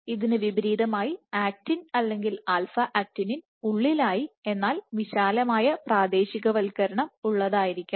ഇതിനു വിപരീതമായി ആക്റ്റിൻ അല്ലെങ്കിൽ ആൽഫ ആക്ടിനിൻ α Actinin ഉള്ളിലായി എന്നാൽ വിശാലമായ പ്രാദേശികവൽക്കരണം ഉണ്ടായിരിക്കണം